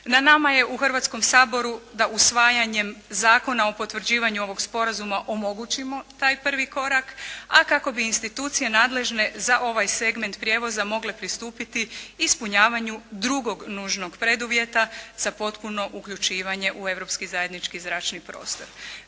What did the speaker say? Na nama je u Hrvatskom saboru da usvajanjem Zakona o potvrđivanju ovog sporazuma omogućimo taj prvi korak, a kako bi institucije nadležne za ovaj segment prijevoza mogle pristupiti ispunjavanju drugog nužnog preduvjeta za potpuno uključivanje u europski zajednički zračni prostor.